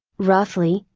roughly,